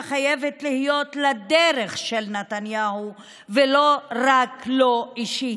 חייבת להיות לדרך של נתניהו ולא רק לו אישית.